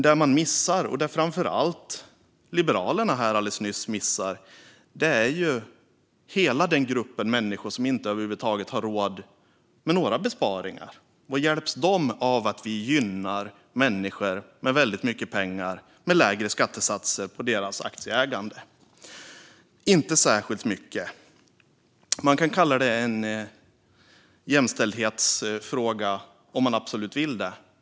Det man missar, och det framför allt Liberalerna här alldeles nyss missar, är hela den grupp av människor som över huvud taget inte har råd med några besparingar. Vad hjälper det dem att vi gynnar människor med väldigt mycket pengar med lägre skattesatser på deras aktieägande? Inte särskilt mycket. Man kan kalla det en jämställdhetsfråga om man absolut vill det.